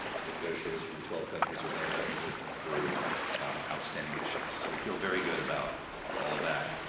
the negotiators from the twelve countries are there and working through outstanding issues. so, we feel very good about all of that.